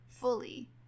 fully